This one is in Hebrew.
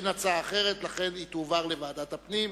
אין הצעה אחרת, ולכן היא תועבר לוועדת הפנים.